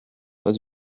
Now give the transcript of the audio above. pas